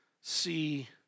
see